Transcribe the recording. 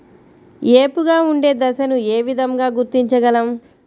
ఏపుగా ఉండే దశను ఏ విధంగా గుర్తించగలం?